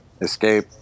escape